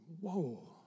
whoa